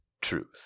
truth